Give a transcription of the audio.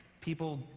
people